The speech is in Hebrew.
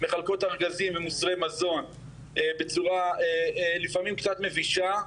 מחלקות ארגזים ומוצרי מזון בצורה לפעמים קצת מבישה,